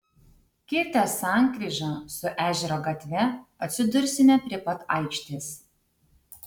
kirtę sankryžą su ežero gatve atsidursime prie pat aikštės